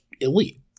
elite